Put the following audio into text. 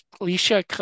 Alicia